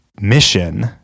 mission